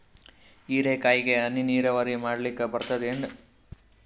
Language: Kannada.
ಹೀರೆಕಾಯಿಗೆ ಹನಿ ನೀರಾವರಿ ಮಾಡ್ಲಿಕ್ ಬರ್ತದ ಏನು?